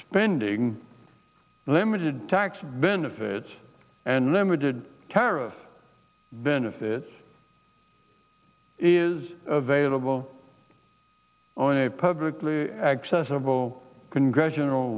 spending limited tax benefit and limited caris benefit is available on a publicly accessible congressional